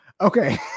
Okay